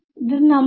അടുത്ത ടെർമ് ആവും